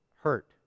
hurt